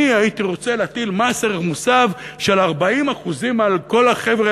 אני הייתי רוצה להטיל מס ערך מוסף של 40% על כל החבר'ה